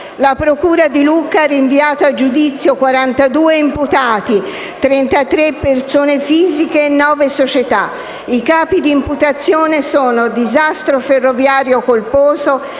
La procura di Lucca ha rinviato a giudizio 42 imputati, 33 persone fisiche e nove società. I capi di importazione sono: disastro ferroviario colposo,